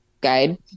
guide